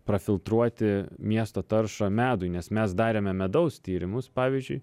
prafiltruoti miesto taršą medui nes mes darėme medaus tyrimus pavyzdžiui